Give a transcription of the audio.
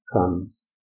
comes